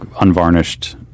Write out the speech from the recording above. unvarnished